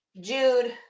jude